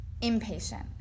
impatient